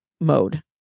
mode